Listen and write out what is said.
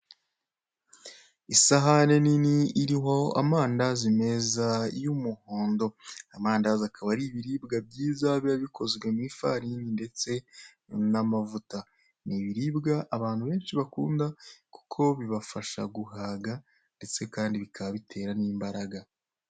Isahani nini iriho amandazi meza y'umuhondo, amandazi akaba ari ibiribwa byiza biba bikozwe mu ifarini ndetse n'amavuta. Ni ibiribwa abantu benshi bakunda kuko bibafasha guhaga ndetse kandi bikaba bitera n'imbaraga.